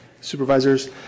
supervisors